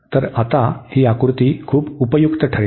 तर आता ही आकृती खूप उपयुक्त ठरेल